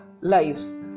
lives